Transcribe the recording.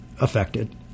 affected